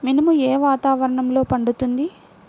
మినుము ఏ వాతావరణంలో పండుతుంది?